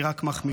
היא רק מחמירה.